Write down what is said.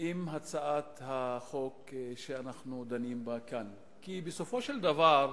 עם הצעת החוק שאנחנו דנים בה כאן, כי בסופו של דבר